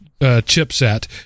chipset